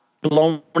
blown